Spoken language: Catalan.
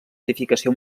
edificació